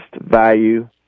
value